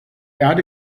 erde